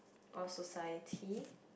our society